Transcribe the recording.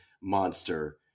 monster